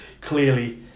Clearly